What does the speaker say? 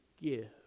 give